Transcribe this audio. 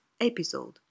episode